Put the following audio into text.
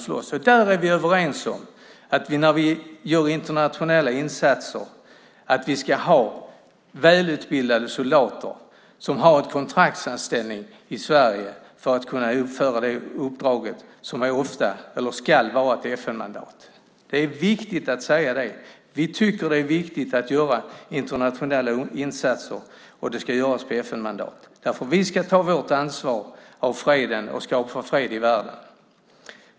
Vi är överens om att när vi gör internationella insatser ska vi ha välutbildade soldater, som har kontraktsanställning i Sverige för att kunna utföra det uppdraget, som ska vara ett FN-mandat. Det är viktigt att säga det. Vi tycker att det är viktigt att göra internationella insatser, och de ska göras på FN-mandat. Vi ska ta vårt ansvar för freden och för att skapa fred i världen.